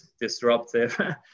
disruptive